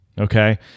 Okay